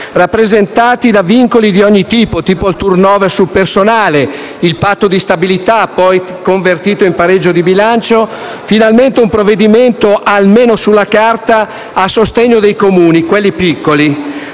rappresentati da vincoli di ogni tipo (*turnover* del personale, patto di stabilità, ora convertito in pareggio di bilancio), finalmente un provvedimento - almeno sulla carta - a sostegno dei Comuni, quelli piccoli.